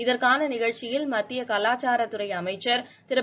இதற்கான நிகழ்ச்சியில் மத்திய கவாச்சார துறை அமைச்சர் திரு்